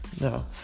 No